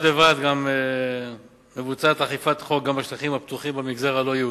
בד בבד מבוצעת אכיפת חוק גם בשטחים הפתוחים במגזר הלא-יהודי.